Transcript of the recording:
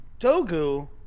Dogu